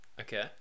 okay